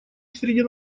среди